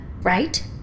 right